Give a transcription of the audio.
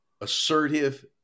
assertive